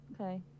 Okay